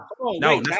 no